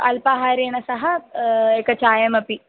अल्पाहारेण सह एकं चायमपि